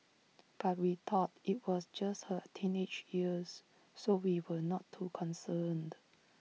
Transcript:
but we thought IT was just her teenage years so we were not too concerned